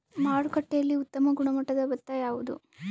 ಮಾರುಕಟ್ಟೆಯಲ್ಲಿ ಉತ್ತಮ ಗುಣಮಟ್ಟದ ಭತ್ತ ಯಾವುದು?